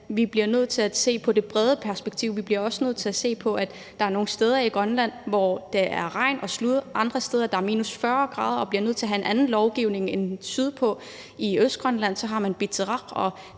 vi bliver nødt til at se på det brede perspektiv. Vi bliver også nødt til at se på, at der er nogle steder i Grønland, hvor der er regn og slud, og andre steder, hvor der er minus 40 grader, og hvor man bliver nødt til at have en anden lovgivning end sydpå. I Østgrønland har man piteraq